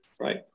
Right